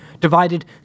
divided